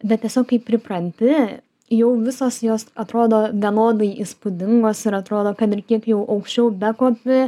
bet tiesiog kai pripranti jau visos jos atrodo vienodai įspūdingos ir atrodo kad ir kiek jau aukščiau bekopi